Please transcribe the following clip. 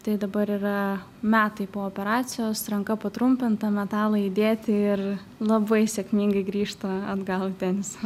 tai dabar yra metai po operacijos ranka patrumpinta metalai įdėti ir labai sėkmingai grįžta atgal į tenisą